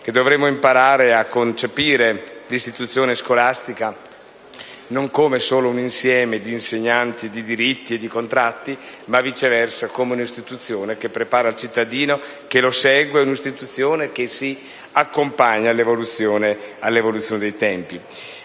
che dovremmo imparare a concepire l'istituzione scolastica non solo come un insieme di insegnanti, di diritti e di contratti, ma come una istituzione che prepara il cittadino, che lo segue, una istituzione che accompagna l'evoluzione dei tempi.